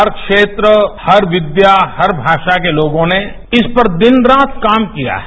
हर क्षेत्र हर विद्या हर भाषा के लोगों ने इस पर दिन रात काम किया है